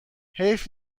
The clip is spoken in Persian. حیف